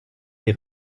les